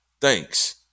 Thanks